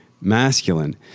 masculine